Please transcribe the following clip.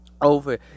over